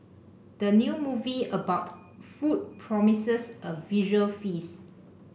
the new movie about food promises a visual feast